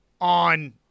on –